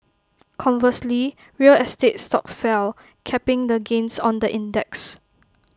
conversely real estate stocks fell capping the gains on the index